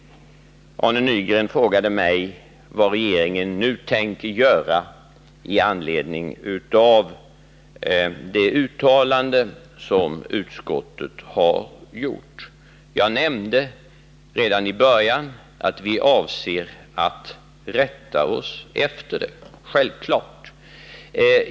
Arne Nygren frågade mig vad regeringen nu tänker göra med anledning av det uttalande som utskottet har gjort. Jag nämnde redan i början att vi avser att rätta oss efter det — självfallet.